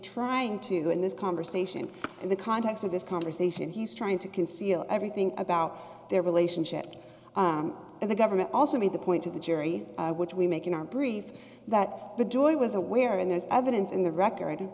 trying to do in this conversation in the context of this conversation he's trying to conceal everything about their relationship and the government also made the point to the jury which we make in our brief that the jury was aware and there's evidence in the record